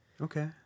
Okay